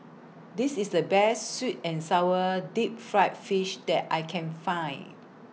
This IS The Best Sweet and Sour Deep Fried Fish that I Can Find